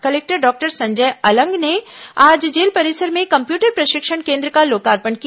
collector doctor Sanjay Alang ने आज जेल परिसर में कम्प्यूटर प्रशिक्षण केन्द्र का लोकर्पण किया